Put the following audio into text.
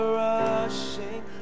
rushing